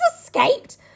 escaped